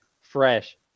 fresh